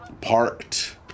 parked